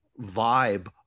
vibe